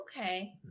Okay